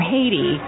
Haiti